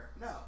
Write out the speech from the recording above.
No